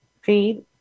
feed